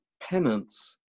penance